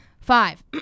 Five